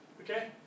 Okay